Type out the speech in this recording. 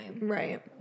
right